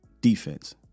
Defense